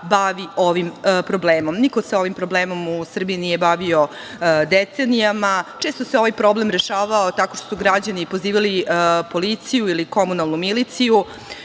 bavi ovim problemom. Niko se ovim problemom u Srbiji nije bavio decenijama. Često se ovaj problem rešavao tako što su građani pozivali policiju ili komunalnu miliciju